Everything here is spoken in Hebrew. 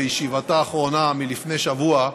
בישיבתה האחרונה מלפני שבוע,